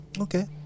Okay